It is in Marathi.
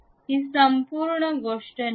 ही संपूर्ण गोष्ट निवडा